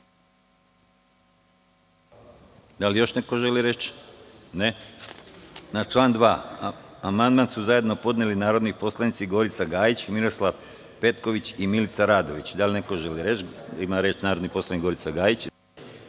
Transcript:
Da li još neko želi reč? (Ne)Na član 2. amandman su zajedno podneli narodni poslanici Gorica Gajić, Miroslav Petković i Milica Radović. Da li neko želi reč? (Da)Reč ima narodni poslanik Gorica Gajić.